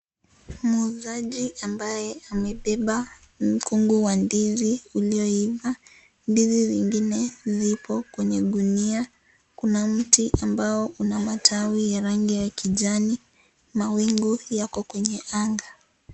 Muuzaji ambaye amebeba mkungu wa ndizi uliyoiva, ndizi zingine zipo kwenye gunia . Kuna mti ambayo una matawi ya rangi ya kijani, mawingu yako kwenye anga.